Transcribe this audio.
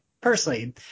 personally